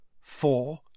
Four